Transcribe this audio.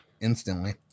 instantly